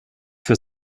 für